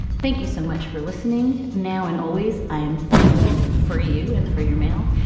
thank you so much for listening now and always. i am thankful for you and for your mail.